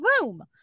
room